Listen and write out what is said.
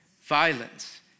violence